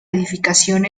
edificación